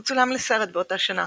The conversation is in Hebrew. הוא צולם לסרט באותה שנה,